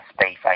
space